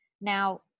Now